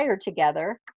together